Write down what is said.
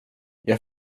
jag